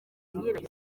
nyirayo